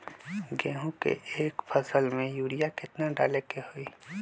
गेंहू के एक फसल में यूरिया केतना डाले के होई?